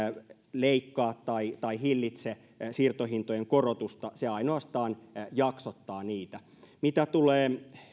leikkaa tai tai hillitse siirtohintojen korotusta se ainoastaan jaksottaa niitä mitä tulee